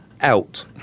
Out